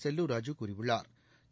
செல்லூர் ராஜூ கூறியுள்ளா்